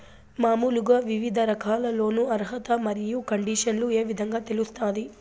మామూలుగా వివిధ రకాల లోను అర్హత మరియు కండిషన్లు ఏ విధంగా తెలుస్తాది?